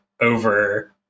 over